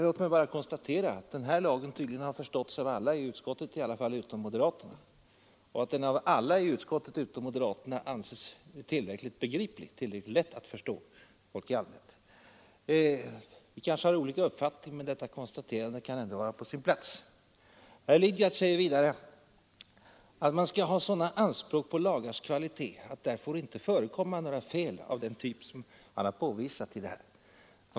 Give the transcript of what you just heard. Låt mig bara konstatera att den här lagen tydligen har förståtts av samtliga i utskottet i alla fall utom moderaterna och att den av samtliga i utskottet utom moderaterna anses tillräckligt begriplig, tillräckligt lätt att förstå för folk i allmänhet. Vi kanske har olika uppfattningar, men detta konstaterande kan ändå vara på sin plats. Herr Lidgard säger vidare att man skall ha sådana anspråk på lagars kvalitet att där inte får förekomma några fel av den typ som han har påvisat i detta fall.